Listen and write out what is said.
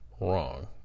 wrong